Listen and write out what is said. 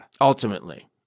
Ultimately